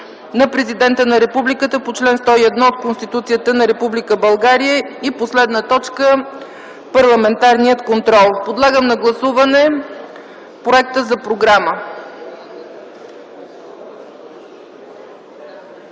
на Президента на Републиката по чл. 101 от Конституцията на Република България. 18. Парламентарен контрол. Подлагам на гласуване проекта за програма.